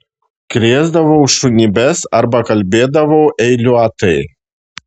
krėsdavau šunybes arba kalbėdavau eiliuotai